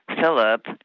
Philip